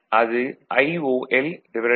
அது IOLIIL